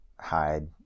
hide